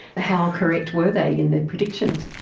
how correct were they in their predictions?